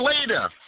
later